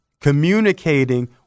communicating